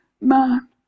man